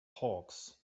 hawks